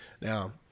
Now